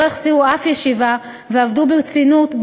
שלא החסירו אף ישיבה אחת ועבדו ברצינות,